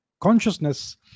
consciousness